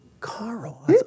Carl